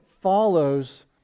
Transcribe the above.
follows